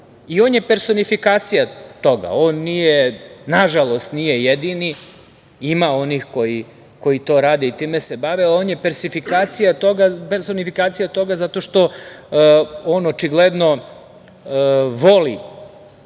i on je personifikacija toga, on, nažalost, nije jedini, ima onih koji to rade i time se bavi, ali on je personifikacija toga zato što on očigledno voli